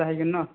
जाहैगोन ना